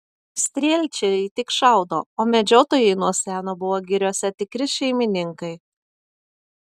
strielčiai tik šaudo o medžiotojai nuo seno buvo giriose tikri šeimininkai